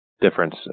difference